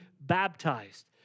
baptized